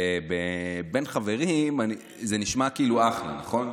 בין חברים זה נשמע כאילו אחלה, נכון?